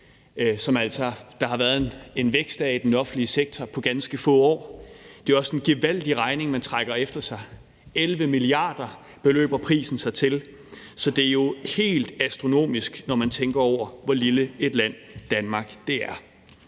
har været en vækst af i den offentlige sektor på ganske få år. Det er også en gevaldig regning, man trækker efter sig. 11 mia. kr. beløber prisen sig til, så det er jo helt astronomisk, når man tænker over, hvor lille et land Danmark er.